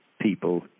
people